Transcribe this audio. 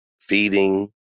feeding